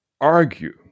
argue